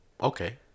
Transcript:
okay